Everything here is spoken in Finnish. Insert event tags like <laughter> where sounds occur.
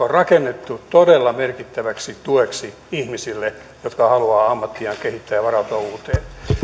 <unintelligible> on rakennettu todella merkittäväksi tueksi ihmisille jotka haluavat ammattiaan kehittää ja varautua uuteen